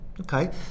Okay